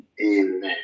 amen